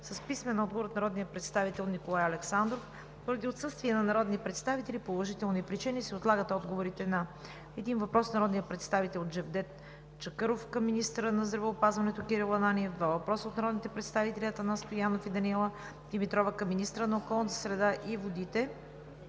с писмен отговор от народния представител Николай Александров. Поради отсъствие на народни представители по уважителни причини се отлагат отговорите на: - един въпрос от народния представител Джевдет Чакъров към министъра на здравеопазването Кирил Ананиев; - два въпроса от народните представители Атанас Стоянов; и Даниела Димитрова към министъра на околната среда и водите